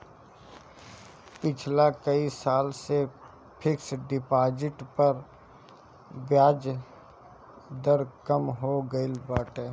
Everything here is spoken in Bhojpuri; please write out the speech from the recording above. पिछला कई साल से फिक्स डिपाजिट पअ बियाज दर कम हो गईल बाटे